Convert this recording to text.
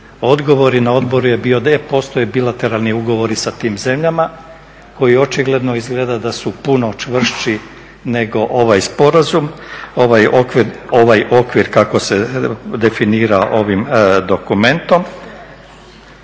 Odgovor na odboru je bio da je postojao bilateralni ugovor i sa tim zemljama koji očigledno izgleda da su puno čvršći nego ovaj sporazum ovaj okvir kako se definira ovim dokumentom